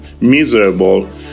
miserable